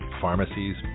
pharmacies